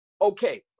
Okay